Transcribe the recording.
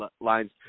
lines